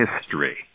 history